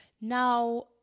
Now